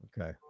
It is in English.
Okay